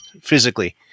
physically